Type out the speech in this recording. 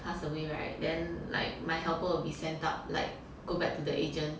pass away [right] then like my helper will be sent out like go back to the agent